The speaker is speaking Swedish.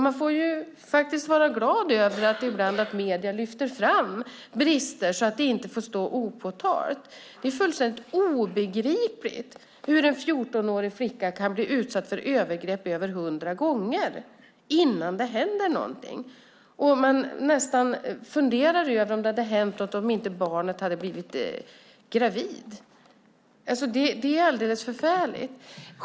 Man får vara glad över att medierna ibland lyfter fram brister så att det inte får stå opåtalt. Det är fullständigt obegripligt hur en 14-årig flicka kan bli utsatt för övergrepp över 100 gånger innan det händer någonting. Man nästan funderar över om det hade hänt något om barnet inte hade blivit gravid. Det är alldeles förfärligt!